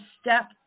step